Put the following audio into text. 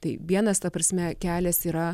tai vienas ta prasme kelias yra